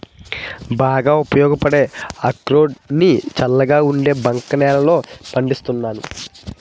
బాగా ఉపయోగపడే అక్రోడ్ ని చల్లగా ఉండే బంక నేలల్లో పండిస్తున్నాను